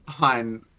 on